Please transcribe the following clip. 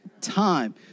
time